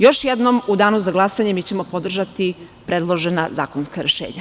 Još jednom, u danu za glasanje mi ćemo podržati predložena zakonska rešenja.